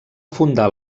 fundar